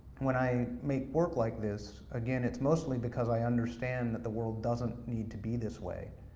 when i make work like this, again, it's mostly because i understand that the world doesn't need to be this way.